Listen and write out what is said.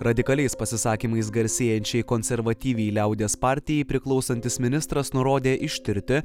radikaliais pasisakymais garsėjančiai konservatyviai liaudies partijai priklausantis ministras nurodė ištirti